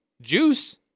juice